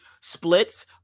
splits